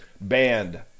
banned